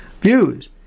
views